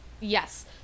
Yes